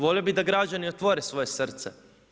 Volio bi da građani otvore svoje srce.